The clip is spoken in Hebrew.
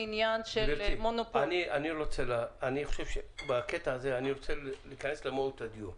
אני רוצה להיכנס למהות הדיון.